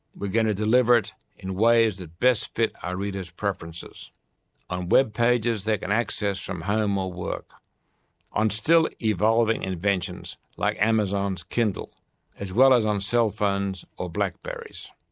we're going to deliver it in ways that best fit our readers' preferences on web pages they can access from home or work on still evolving inventions like amazon's kindle as well as on cell phones or blackberries.